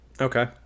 Okay